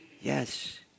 Yes